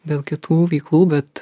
dėl kitų veiklų bet